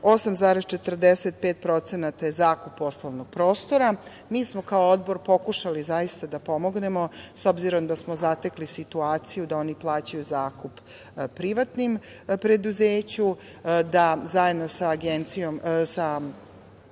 8,45% je zakup poslovnog prostora. Mi smo kao Odbor pokušali da pomognemo, s obzirom da smo zatekli situaciju da oni plaćaju zakup privatnom preduzeću, da zajedno sa Direkcijom za